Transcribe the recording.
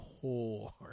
poor